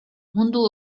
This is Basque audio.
mundu